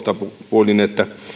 että